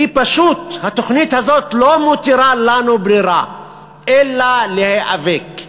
כי פשוט התוכנית הזאת לא מותירה לנו ברירה אלא להיאבק,